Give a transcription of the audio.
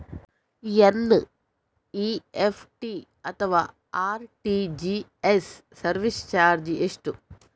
NEFT ಅಥವಾ RTGS service charge ಎಷ್ಟು?